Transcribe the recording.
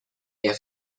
air